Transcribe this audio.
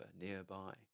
nearby